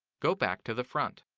go back to the front.